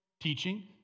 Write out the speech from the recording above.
teaching